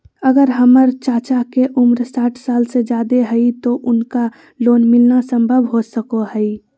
अगर हमर चाचा के उम्र साठ साल से जादे हइ तो उनका लोन मिलना संभव हो सको हइ?